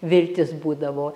viltis būdavo